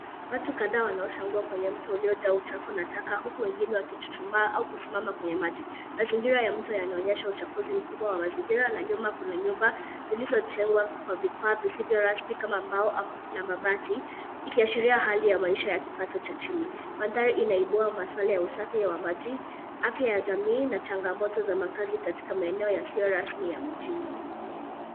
Watu kadhaa wanosha nguo kwenye mto uliojaa uchafu na taka, huku wengine wakichuchuma au kusimama kwenye maji. Mazingira ya mto yanaonesha uchafuzi mkubwa wa mazingira na nyuma kuna nyumba zilizojengwa kwa vifaa vilivyo rasmi kama mbao na mabati ikiashiria hali ya maisha ya kipato cha chini. Mandhari inaibua maswali ya usafi ya maji, afya ya jamii na changamoto za makazi katika maeneo yasiyo rasmi ya mijini.